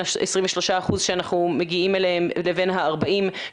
ה-23% שאנחנו מגיעים אליהם לבין ה-40%,